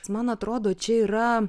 man atrodo čia yra